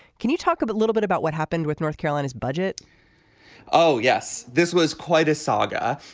can you talk a but little bit about what happened with north carolina's budget oh yes. this was quite a saga.